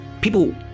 people